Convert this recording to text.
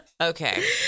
Okay